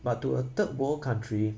but to a third world country